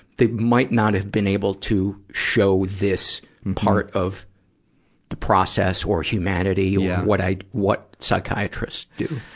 that might not have been able to show this part of the process or humanity or what i, what psychiatrists do?